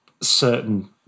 certain